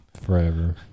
Forever